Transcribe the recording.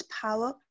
power